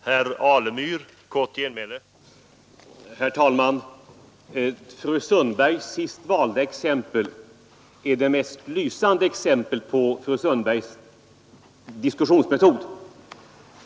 Herr talman! Fru Sundbergs senast valda citat är det mest lysande exemplet på fru Sundbergs diskussionsmetod.